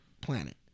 planet